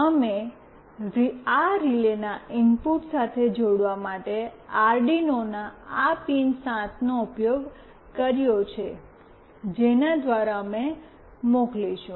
અમે આ રિલેના ઇનપુટ સાથે જોડાવા માટે અરડિનોનો આ પિન 7 નો ઉપયોગ કર્યો છે જેના દ્વારા અમે મોકલીશું